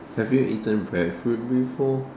have you eaten bread fruit before